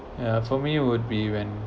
ya for me would be when